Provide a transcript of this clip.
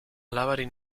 alabari